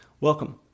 Welcome